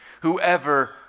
whoever